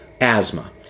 asthma